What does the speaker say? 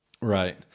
Right